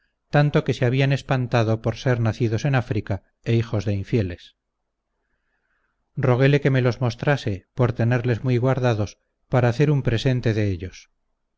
tanto que se habían espantado por ser nacidos en áfrica e hijos de infieles roguéle que me los mostrase por tenerles muy guardados para hacer un presente de ellos